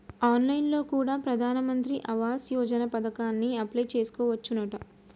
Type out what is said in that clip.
on line లో కూడా ప్రధాన్ మంత్రి ఆవాస్ యోజన పథకానికి అప్లై చేసుకోవచ్చునంట